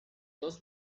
dos